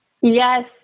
Yes